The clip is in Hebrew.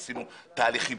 עשינו תהליכים,